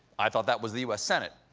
i thought that was the u s. senate.